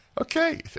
Okay